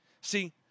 See